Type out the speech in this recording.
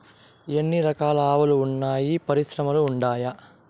ఎన్ని రకాలు ఆవులు వున్నాయి పరిశ్రమలు ఉండాయా?